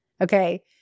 Okay